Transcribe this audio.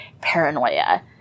paranoia